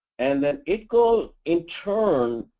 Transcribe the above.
and then idcol, in turn,